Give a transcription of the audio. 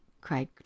cried